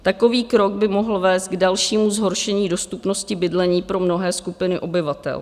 Takový krok by mohl vést k dalšímu zhoršení dostupnosti bydlení pro mnohé skupiny obyvatel.